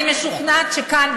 אני משוכנעת שכאן,